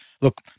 look